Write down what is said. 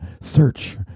search